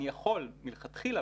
אני יכול מלכתחילה,